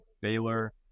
Baylor